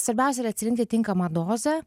svarbiausia yra atsirinkti tinkamą dozę